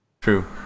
True